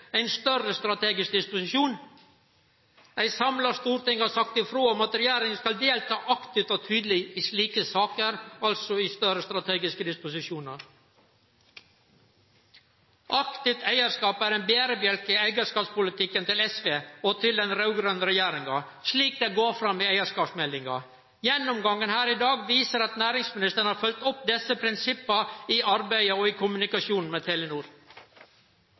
ein større strategisk disposisjon. Eit samla storting har sagt ifrå om at regjeringa skal delta aktivt og tydeleg i slike saker, altså i større strategiske disposisjonar. Aktiv eigarskap er ein berebjelke i eigarskapspolitikken til SV og til den raud-grøne regjeringa, slik det går fram av eigarskapsmeldinga. Gjennomgangen her i dag viser at næringsministeren har følgt opp desse prinsippa i arbeidet og i kommunikasjonen med Telenor.